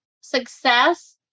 success